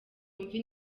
wumve